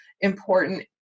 important